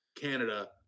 Canada